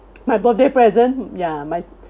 my birthday present ya my